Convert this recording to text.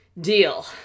deal